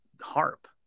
harp